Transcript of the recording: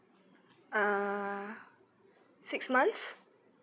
err six months